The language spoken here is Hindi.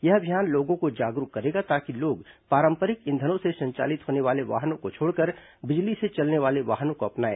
यह अभियान लोगों को जागरूक करेगा ताकि लोग पारंपरिक ईंधनों से संचालित होने वाले वाहनों को छोड़कर बिजली से चलने वाले वाहनों को अपनाए